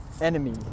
enemy